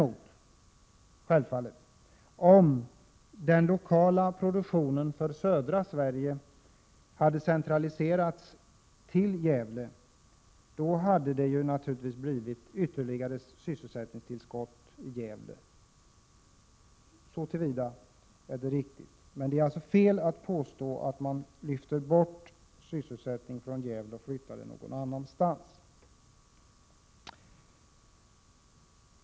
Om däremot den lokala produktionen för södra Sverige hade centraliserats till Gävle, hade det naturligtvis blivit ytterligare sysselsättningstillskott där. Så till vida är påståendet riktigt, men det är alltså fel att påstå att man lyfter bort sysselsättning från Gävle och flyttar den någon annanstans.